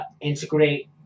integrate